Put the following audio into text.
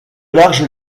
large